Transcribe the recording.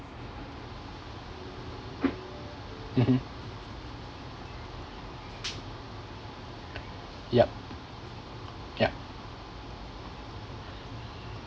mmhmm yup ya